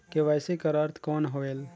KYC कर अर्थ कौन होएल?